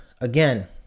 again